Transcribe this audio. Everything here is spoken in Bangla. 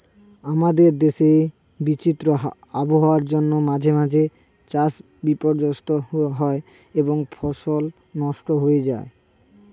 আমাদের দেশে বিচিত্র আবহাওয়ার জন্য মাঝে মাঝে চাষ বিপর্যস্ত হয় এবং ফসল নষ্ট হয়ে যায়